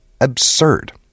absurd